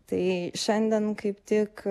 tai šiandien kaip tik